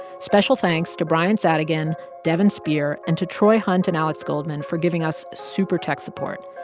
special thanks to bryant zadegan, devan spear and to troy hunt and alex goldman for giving us super tech support.